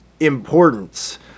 importance